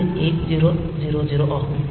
இது 8000 ஆகும்